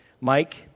Mike